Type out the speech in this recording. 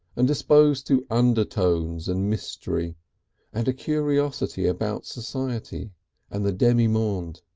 and disposed to undertones and mystery and a curiosity about society and the demi-monde.